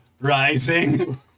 rising